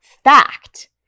fact